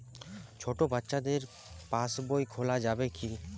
ছোট বাচ্চাদের পাশবই খোলা যাবে কি?